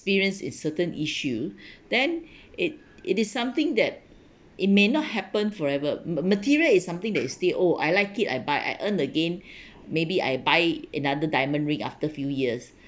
experience in certain issue then it it is something that it may not happen forever ma~ material is something that is stay oh I like it I buy I earn again maybe I buy another diamond ring after few years